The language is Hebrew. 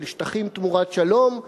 של "שטחים תמורת שלום",